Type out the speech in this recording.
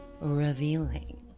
revealing